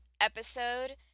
episode